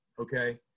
okay